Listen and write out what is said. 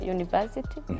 University